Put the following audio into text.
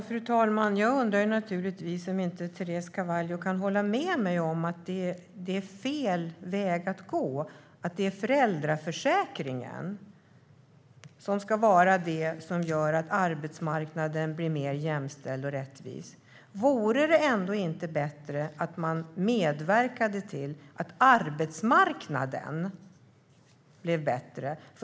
Fru talman! Jag undrar om inte Teresa Carvalho kan hålla med mig om att det är fel väg att gå att använda föräldraförsäkringen för att göra arbetsmarknaden mer jämställd och rättvis. Vore det ändå inte bättre att medverka till att arbetsmarknaden blir bättre?